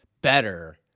better